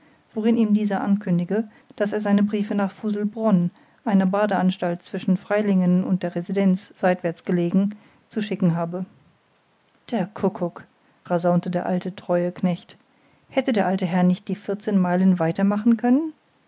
worin ihm dies er ankündige daß er seine briefe nach fuselbronn einer badeanstalt zwischen freilingen und der residenz seitwärts gelegen zu schicken habe der kuckuck rasaunte der alte treue knecht hätte der alte herr nicht die vierzehn meilen weiter machen können